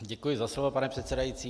Děkuji za slovo, pane předsedající.